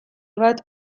bat